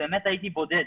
הייתי בודד.